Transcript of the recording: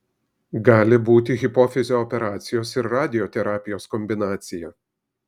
gali būti hipofizio operacijos ir radioterapijos kombinacija